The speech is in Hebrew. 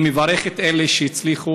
אני מברך את אלה שהצליחו,